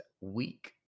week